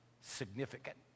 significant